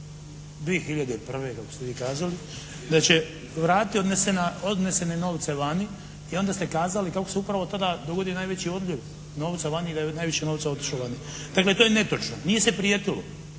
2001. kako ste vi kazali, da će vratiti odnesena, odnesene novce vani. I onda ste kazali kako se upravo tada dogodio najveći odljev novca vani i da je najviše novca otišlo vani. Dakle, to je netočno, nije se prijetilo,